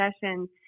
sessions